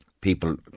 people